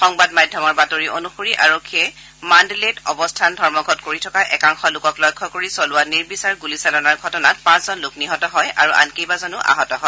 সংবাদ মাধ্যমৰ বাতৰি অনুসৰি আৰক্ষীয়ে মাণ্ডলেত অৱস্থান ধৰ্মঘট কৰি থকা একাংশ লোকক লক্ষ্য কৰি চলোৱা নিৰ্বিচাৰ গুলীচালনাৰ ঘটনাত পাঁচজন লোক নিহত হয় আৰু অন্য কেবাজনো আহত হয়